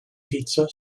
pizza